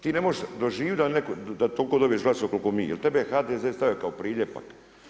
Ti ne možeš doživit da toliko dobiješ glasova koliko mi, jer tebe je HDZ stavio kao priljepak.